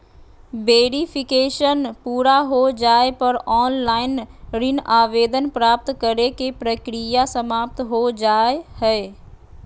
verification पूरा हो जाय पर ऑनलाइन ऋण आवेदन प्राप्त करे के प्रक्रिया समाप्त हो जा हय